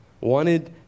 wanted